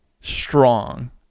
strong